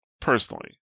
personally